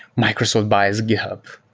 microsoft buys github.